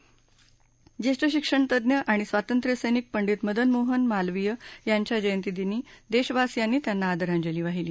ढझढझढझ ज्येष्ठ शिक्षणतज्ज्ञ आणि स्वातंत्र्य सैनिक पंडित मदन मोहन मालवीय यांच्या जयंती दिनी देशवासीयांनी त्यांना आदरांजली वाहिली